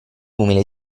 umili